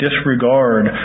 disregard